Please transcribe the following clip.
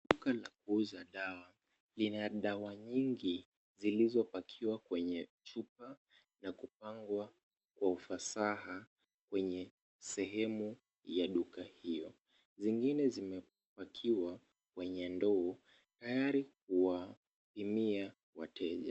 Duka la kuuza dawa lina dawa nyingi zilizopakiwa kwenye chupa na kupangwa kwa ufasaha kwenye sehemu ya duka hiyo. Zingine zimepakiwa kwenye ndoo tayari kuwapimia wateja.